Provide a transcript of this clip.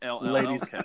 ladies